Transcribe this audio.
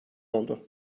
oldu